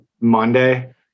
monday